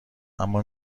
اما